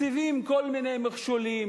מציבים כל מיני מכשולים,